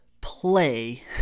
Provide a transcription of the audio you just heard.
play